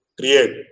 create